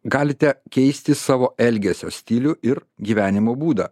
galite keisti savo elgesio stilių ir gyvenimo būdą